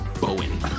Bowen